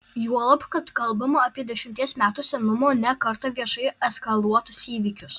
juolab kad kalbama apie dešimties metų senumo ne kartą viešai eskaluotus įvykius